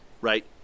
right